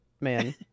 man